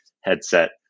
headset